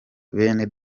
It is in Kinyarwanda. bene